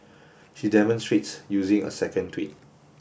she demonstrates using a second tweet